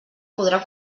podrà